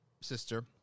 sister